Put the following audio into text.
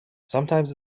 sometimes